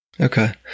Okay